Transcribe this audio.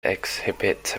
exhibit